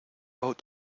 out